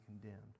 condemned